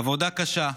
עבודה קשה,